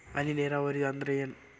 ಹನಿ ನೇರಾವರಿ ಅಂದ್ರ ಏನ್?